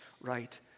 right